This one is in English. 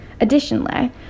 Additionally